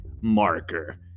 marker